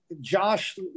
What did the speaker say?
Josh